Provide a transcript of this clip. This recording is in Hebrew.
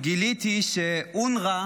ואליה הוצמדה הצעת החוק של חבר הכנסת דן אילוז,